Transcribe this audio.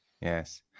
Yes